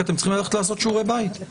כי אתם צריכים ללכת לעשות שיעורי בית.